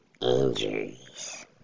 injuries